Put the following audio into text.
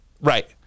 right